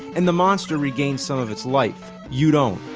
and the monster regains some of its life. you don't.